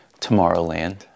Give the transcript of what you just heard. Tomorrowland